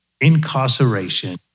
incarceration